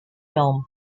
film